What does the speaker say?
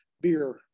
beer